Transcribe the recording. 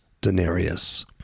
Denarius